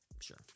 Sure